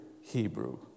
Hebrew